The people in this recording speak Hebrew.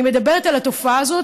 אני מדברת על התופעה הזאת,